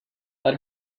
let